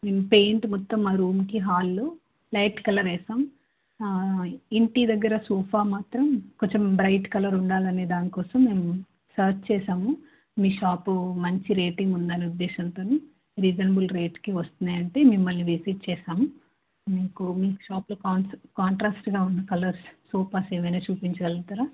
మేము పెయింట్ మొత్తం మా రూమ్కి హాల్లో లైట్ కలర్ వేసాం ఇంటి దగ్గర సోఫా మాత్రం కొంచెం బ్రైట్ కలర్ ఉండాలనే దానికోసం మేము సెర్చ్ చేసాము మీ షాపు మంచి రేటింగ్ ఉందన్న ఉద్దేశంతోను రీజనబుల్ రేట్కి వస్తున్నాయంటే మిమ్మల్ని విసిట్ చేసాము మీకు మీ షాపులో కా కాంట్రాస్ట్గా ఉన్న కలర్స్ సోఫాస్ ఏవైనా చూపించగలుగుతారా